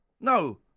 No